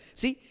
see